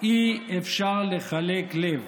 אי-אפשר לחלק לב.